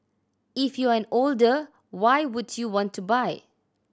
if you're an older why would you want to buy